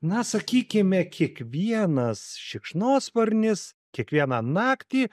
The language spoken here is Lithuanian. na sakykime kiekvienas šikšnosparnis kiekvieną naktį